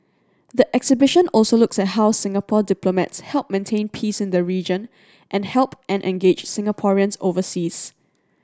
the exhibition also looks at how Singapore diplomats help maintain peace in the region and help and engage Singaporeans overseas